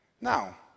Now